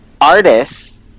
artists